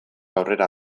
aurrera